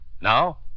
Now